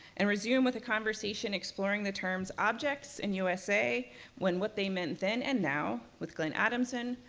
and resume with a conversation exploring the terms objects and usa when what they meant then and now with glenn adamson,